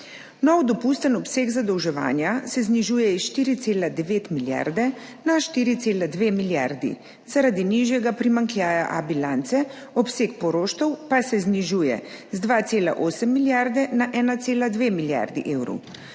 Nov dopusten obseg zadolževanja se znižuje iz 4,9 milijarde na 4,2 milijardi zaradi nižjega primanjkljaja A bilance, obseg poroštev pa se znižuje z 2,8 milijarde na 1,2 milijardi evrov.